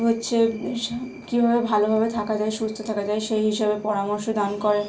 হচ্ছে কীভাবে ভালোভাবে থাকা যায় সুস্থ থাকা যায় সেই হিসাবে পরামর্শ দান করেন